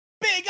big